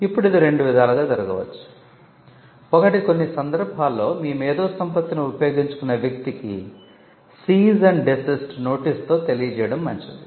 ఇప్పుడు ఇది రెండు విధాలుగా జరగవచ్చు ఒకటి కొన్ని సందర్భాల్లో మీ మేధోసంపత్తిని ఉపయోగించుకున్న వ్యక్తికి 'సీస్ అండ్ డేసిస్ట్' నోటీసుతో తెలియజేయడం మంచిది